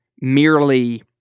merely